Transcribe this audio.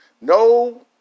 No